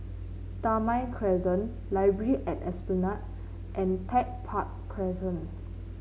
Damai Crescent Library at Esplanade and Tech Park Crescent